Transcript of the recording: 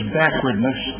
backwardness